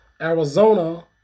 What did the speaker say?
Arizona